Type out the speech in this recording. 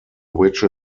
which